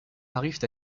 arrivent